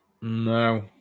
No